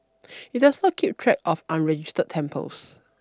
it does not keep track of unregistered temples